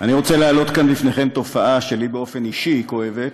אני רוצה להעלות כאן לפניכם תופעה שלי באופן אישי כואבת,